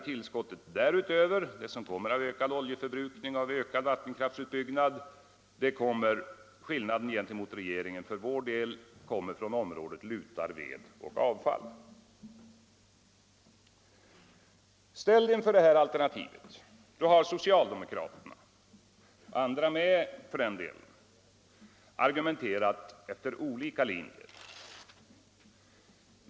Tillskottet därutöver kommer enligt vårt förslag — till skillnad från regeringens — från området ”lutar, ved och avfall”. Ställda inför detta alternativ har socialdemokraterna — och andra också för den delen — argumenterat efter olika linjer.